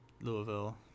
Louisville